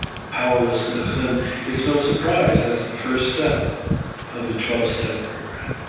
powerlessness. and it's no surprise that's the first step of the twelve step program.